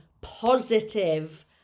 positive